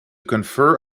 confer